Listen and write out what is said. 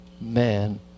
man